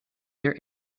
their